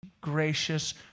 gracious